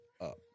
up